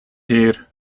here